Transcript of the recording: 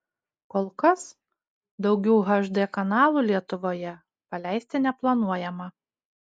kol kas daugiau hd kanalų lietuvoje paleisti neplanuojama